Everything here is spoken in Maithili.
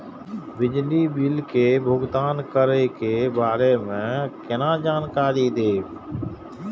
बिजली बिल के भुगतान करै के बारे में केना जानकारी देब?